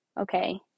Okay